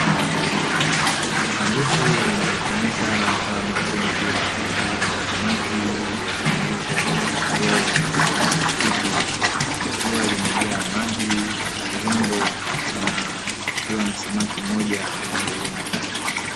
Sanduku linalotumika kama tenki la kufugia samaki lililotengenezwa kwa kioo pamoja na plastiki likiwa limejaa maji, urembo na kukiwa samaki mmoja anaogelea ndani.